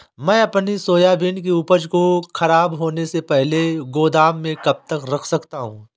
मैं अपनी सोयाबीन की उपज को ख़राब होने से पहले गोदाम में कब तक रख सकता हूँ?